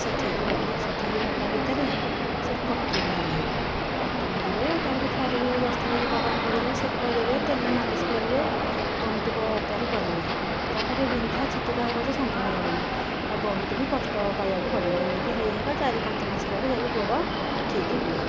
ସେଠିକି ଗଲି ସେଠିକି ଗଲା ଭିତରେ ସେ ପଟି ଭିଡ଼ିଲେ ପଟି ଭିଡ଼ିବେ ତାପରେ ଥରକୁ ଦଶ ଥର ଯିବାକୁ ପଡ଼ିବ ସେକ ଦେବେ ତେଲ ମାଲିସ କରିବେ ବହୁତ ପ୍ରକାର କରିବେ ତାପରେ ବିନ୍ଧା ଛିଟିକା ହେବ ଯେ ସମ୍ଭାଳି ହେବନି ଆଉ ବହୁତ ବି କଷ୍ଟ ପାଇବାକୁ ପଡ଼ିବ ଏମିତି ହୋଇ ହୋଇକା ଚାରି ପାଞ୍ଚ ମାସ ପରେ ଯାଇକି ଗୋଡ଼ ଠିକ ହୁଏ